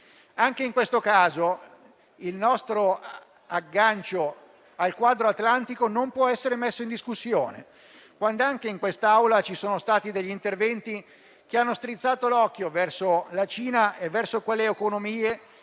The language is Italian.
Anche in questo caso, il nostro aggancio al quadro atlantico non può essere messo in discussione, anche se in quest'Aula ci sono stati interventi che hanno strizzato l'occhio verso la Cina e quelle economie